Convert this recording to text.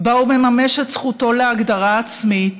שבה הוא מממש את זכותו להגדרה עצמית,